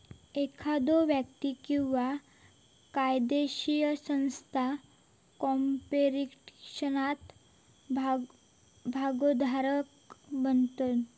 एखादो व्यक्ती किंवा कायदोशीर संस्था कॉर्पोरेशनात भागोधारक बनता